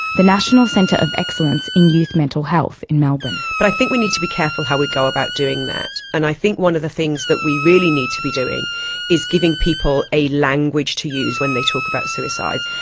the national centre of excellence in youth mental health in melbourne. but i think we need to be careful how we go about doing that, and i think one of the things that we really need to be doing is giving people a language to use when they talk about suicide.